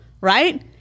Right